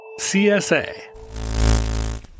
CSA